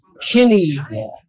Kenny